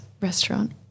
restaurant